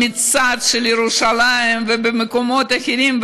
במצעד בירושלים ובמקומות אחרים,